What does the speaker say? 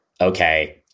okay